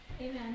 Amen